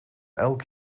elk